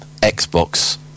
Xbox